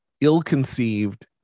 ill-conceived